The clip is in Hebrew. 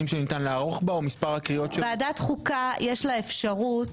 שניתן לערוך בה או מספר הקריאות --- לוועדת חוקה יש אפשרות,